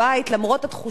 למרות התחושות